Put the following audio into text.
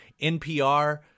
NPR